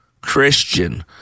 Christian